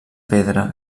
pedra